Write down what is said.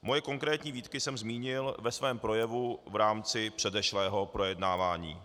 Moje konkrétní výtky jsem zmínil ve svém projevu v rámci předešlého projednávání.